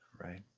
right